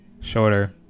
shorter